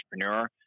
entrepreneur